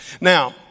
Now